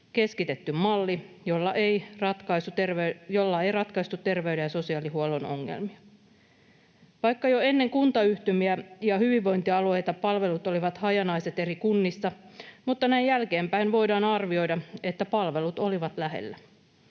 keskitetty malli, jolla ei ratkaistu terveyden‑ ja sosiaalihuollon ongelmia. Vaikka jo ennen kuntayhtymiä ja hyvinvointialueita palvelut olivat hajanaiset eri kunnissa, näin jälkeenpäin voidaan arvioida, että palvelut olivat lähellä.